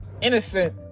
innocent